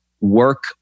work